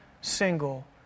single